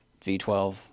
V12